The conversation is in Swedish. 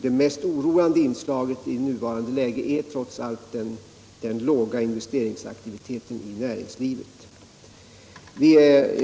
Det mest oroande inslaget i det nuvarande läget är trots allt den låga investeringsaktiviteten i näringslivet.